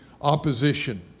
opposition